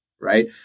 right